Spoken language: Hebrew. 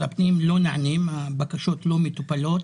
הפנים לא נענות והבקשות לא מטופלות.